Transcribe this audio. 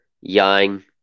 Yang